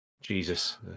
Jesus